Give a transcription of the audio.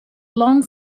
long